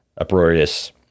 uproarious